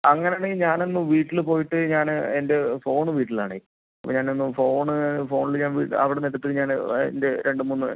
അങ്ങനാണങ്കിൽ ഞാനൊന്നു വീട്ടില് പോയിട്ട് ഞാന് എൻ്റെ ഫോണ് വീട്ടിലാണേ അപ്പം ഞാനൊന്നു ഫോണ് ഫോണില് ഞാൻ അവിടുന്നെടുത്തു ഞാൻ അതിൻ്റെ രണ്ടു മൂന്ന്